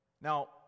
Now